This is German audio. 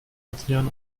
adrian